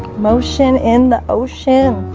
motion in the ocean